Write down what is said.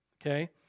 okay